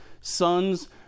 sons